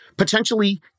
Potentially